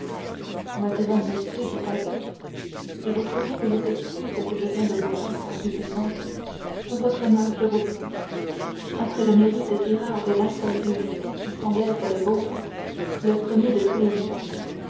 maintenant monsieur dit albert si vous trouvez que les excuses que je viens de vous faire sont suffisantes votre main je vous prie après le mérite si rare de l'infaillibilité qui semble être le vôtre le premier de tous les mérites